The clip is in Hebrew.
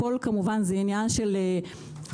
הכול כמובן זה עניין של חקיקה.